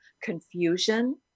confusion